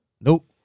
Nope